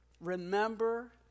Remember